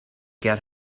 get